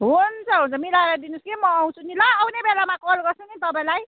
हुन्छ हुन्छ मिलाएर दिनुहोस् कि म आउँछु नि ल आउने बेलामा कल गर्छु नि तपाईँलाई